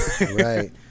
right